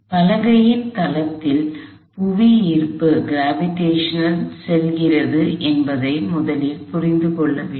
பலகையின் தளத்தில் புவியீர்ப்பு செல்கிறது என்பதை முதலில் புரிந்து கொள்ள வேண்டும்